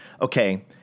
Okay